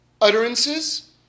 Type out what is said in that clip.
utterances